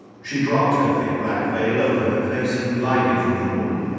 she dropped her thick black veil over her face and glided from the room.